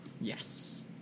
Yes